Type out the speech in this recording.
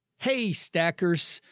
hey stackers.